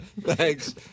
thanks